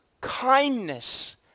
kindness